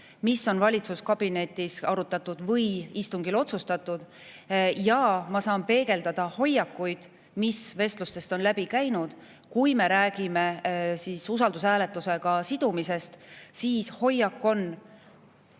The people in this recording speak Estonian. mida on valitsuskabinetis arutatud või istungil otsustatud. Ja ma saan peegeldada hoiakuid, mis vestlustest on läbi käinud. Kui me räägime usaldushääletusega sidumisest, siis hoiak on